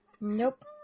Nope